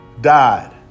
died